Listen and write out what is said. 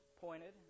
pointed